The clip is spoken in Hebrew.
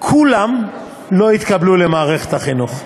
כולם לא התקבלו למערכת החינוך.